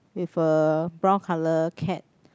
with a brown colour cat